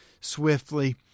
swiftly